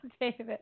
David